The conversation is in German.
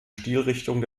stilrichtung